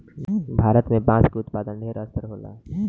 भारत में बांस के उत्पादन ढेर स्तर होला